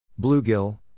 Bluegill